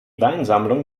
weinsammlung